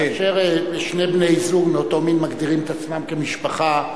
כאשר שני בני-זוג מאותו מין מגדירים את עצמם משפחה,